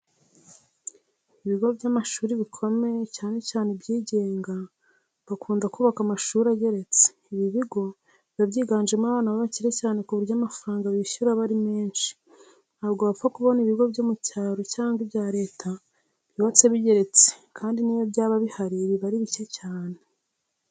Ibigo by'amashuri bikomeye, cyane cyane ibyigenga bakunda kubaka amashuri ageretse. Ibi bigo biba byigamo abana b'abakire cyane ku buryo amafaranga bishyura aba ari menshi. Ntabwo wapfa kubona ibigo byo mu cyaro cyangwa ibya leta byubatse bigeretse kandi n'iyo byaba bihari biba ari bike cyane.